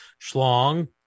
Schlong